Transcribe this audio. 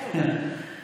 כן,